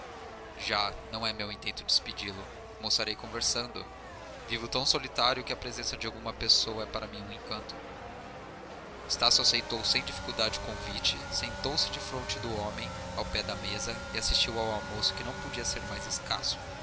já não é meu intento despedi lo almoçarei conversando vivo tão solitário que a presença de alguma pessoa é para mim um encanto estácio aceitou sem dificuldade o convite sentou-se defronte do homem ao pé da mesa e assistiu ao almoço que não podia ser mais escasso